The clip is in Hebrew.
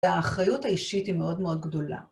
והאחריות האישית היא מאוד מאוד גדולה.